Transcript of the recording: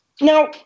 now